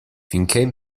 finchè